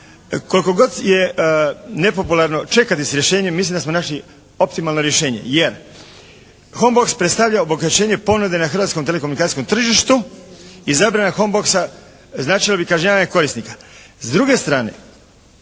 koliko god je nepopularno čekati s rješenjem, mislim da smo našli optimalno rješenje, jer home box predstavlja obogaćenje ponude na Hrvatskom telekomunikacijskom tržištu i zabrana home boxa značila bi kažnjavanje korisnika.